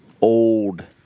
old